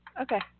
Okay